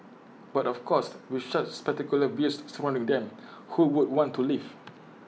but of course with such spectacular views surrounding them who would want to leave